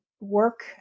work